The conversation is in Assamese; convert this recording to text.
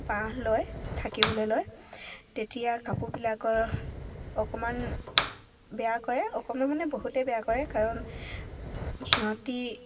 বাঁহ লয় থাকিবলৈ লয় তেতিয়া কাপোৰবিলাকৰ অকণমান বেয়া কৰে অকণমান মানে বহুতেই বেয়া কৰে কাৰণ সিহঁতি